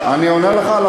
אני אסביר לך למה אתה טועה.